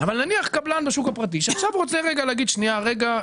אבל נניח קבלן בשוק הפרטי שעכשיו רוצה להגיד: שנייה רגע,